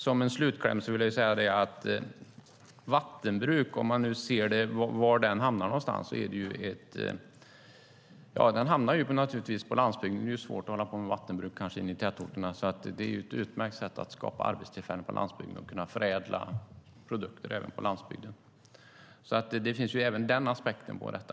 Som slutkläm vill jag säga att vattenbruk naturligtvis hamnar på landsbygden. Det är ju svårt att hålla på med vattenbruk inne i tätorterna. Det är ett utmärkt sätt att skapa arbetstillfällen på landsbygden och förädla produkter även där. Det finns alltså även den aspekten på detta.